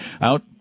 out